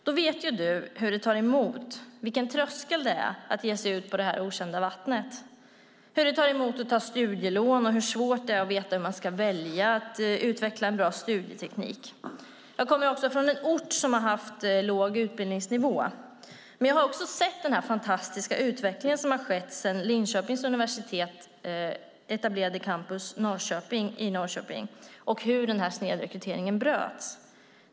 Då vet han hur det tar emot, vilken tröskel det är, att ge sig ut på det okända vattnet, hur det tar emot att ta studielån och hur svårt det är att veta vad man ska välja och att utveckla en bra studieteknik. Jag kommer dessutom från en ort som haft låg utbildningsnivå, men jag har sett den fantastiska utveckling som skett sedan Linköpings universitet etablerade Campus Norrköping i Norrköping och hur snedrekryteringen därmed bröts.